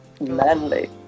manly